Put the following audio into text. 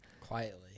Quietly